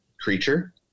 creature